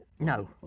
No